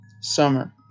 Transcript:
Summer